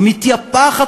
היא מתייפחת,